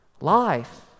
Life